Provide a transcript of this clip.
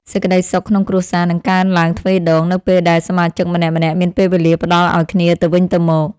សេចក្តីសុខក្នុងគ្រួសារនឹងកើនឡើងទ្វេដង នៅពេលដែលសមាជិកម្នាក់ៗមានពេលវេលាផ្តល់ឱ្យគ្នាទៅវិញទៅមក។